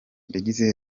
yagize